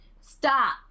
Stop